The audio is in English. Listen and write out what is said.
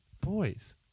boys